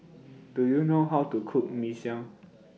Do YOU know How to Cook Mee Siam